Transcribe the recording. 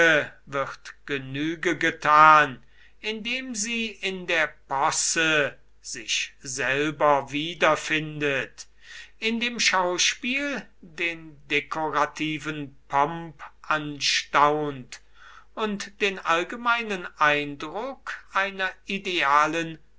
wird genüge getan indem sie in der posse sich selber wiederfindet in dem schauspiel den dekorativen pomp anstaunt und den allgemeinen eindruck einer idealen